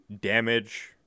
damage